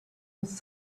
was